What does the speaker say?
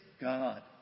God